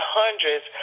hundreds